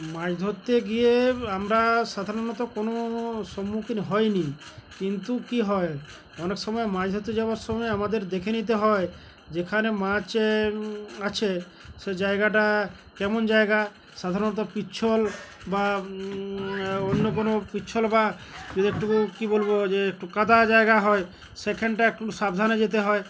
মাছ ধরতে গিয়ে আমরা সাধারণত কোনো সম্মুখীন হইনি কিন্তু কী হয় অনেক সময় মাছ ধরতে যাওয়ার সময় আমাদের দেখে নিতে হয় যেখানে মাছ আছে সে জায়গাটা কেমন জায়গা সাধারণত পিচ্ছল বা অন্য কোনো পিচ্ছল বা যদি একটুু কী বলবো যে একটু কাদা জায়গা হয় সেখানটা একটু সাবধানে যেতে হয়